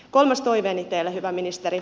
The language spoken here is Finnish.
kolmas toiveeni teille hyvä ministeri